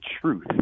truth